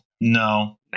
No